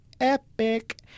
epic